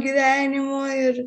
gyvenimo ir